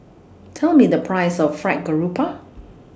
Tell Me The Price of Fried Garoupa